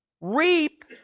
Reap